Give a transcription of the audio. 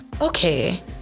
okay